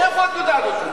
מאיפה את יודעת אותם?